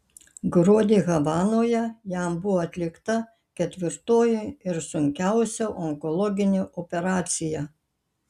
gruodį havanoje jam buvo atlikta ketvirtoji ir sunkiausia onkologinė operacija